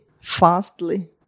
fastly